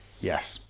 Yes